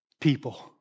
people